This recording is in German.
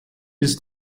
ist